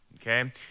okay